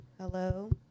Hello